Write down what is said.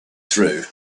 through